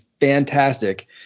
fantastic